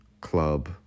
club